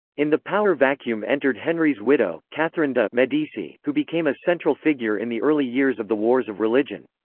in the power vacuum entered henry's widow, catherine de' medici, who became a central figure in the early years of the wars of religion.